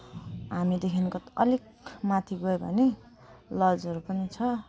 हामीदेखिको अलिक माथि गयो भने लजहरू पनि छ